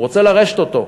הוא רוצה לרשת אותו.